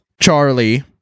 Charlie